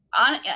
on